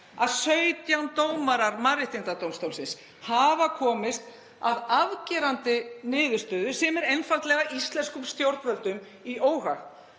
að 17 dómarar Mannréttindadómstólsins hafa komist að afgerandi niðurstöðu sem er einfaldlega íslenskum stjórnvöldum í óhag.